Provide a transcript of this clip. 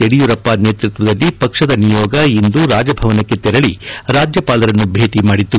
ಯಡಿಯೂರಪ್ಪ ನೇತೃತ್ವದಲ್ಲಿ ಪಕ್ಷದ ನಿಯೋಗ ಇಂದು ರಾಜಭವನಕ್ಕೆ ತೆರಳಿ ರಾಜ್ಯಪಾಲರನ್ನು ಭೇಟ ಮಾಡಿತು